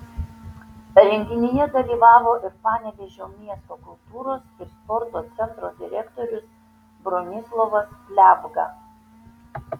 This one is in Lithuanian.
renginyje dalyvavo ir panevėžio miesto kultūros ir sporto centro direktorius bronislovas pliavga